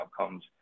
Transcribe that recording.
outcomes